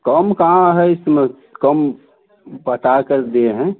कम कहाँ है इस समय कम पता कर दिए हैं